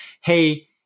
Hey